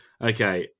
Okay